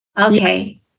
Okay